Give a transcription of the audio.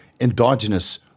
endogenous